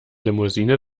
limousine